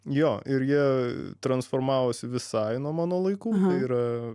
jo ir jie transformavosi visai nuo mano laikų yra